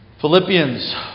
Philippians